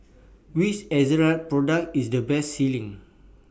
Which Ezerra Product IS The Best Selling